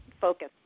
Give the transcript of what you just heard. focus